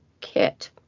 kit